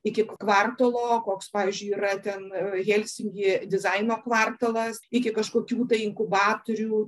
iki kvartalo koks pavyzdžiui yra ten helsinkyje dizaino kvartalas iki kažkokių inkubatorių